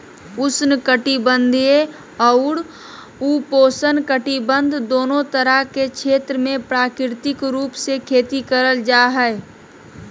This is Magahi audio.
उष्ण कटिबंधीय अउर उपोष्णकटिबंध दोनो तरह के क्षेत्र मे प्राकृतिक रूप से खेती करल जा हई